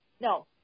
no